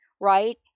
right